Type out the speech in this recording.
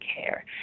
care